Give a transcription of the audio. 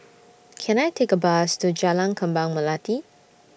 Can I Take A Bus to Jalan Kembang Melati